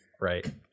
right